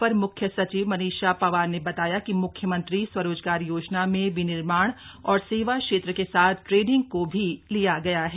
अपर मुख्य सचिव मनीषा पंवार ने बताया कि म्ख्यमंत्री स्वरोजगार योजना में विनिर्माण और सेवा क्षेत्र के साथ ट्रेडिंग को भी लिया गया है